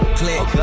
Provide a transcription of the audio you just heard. click